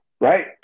Right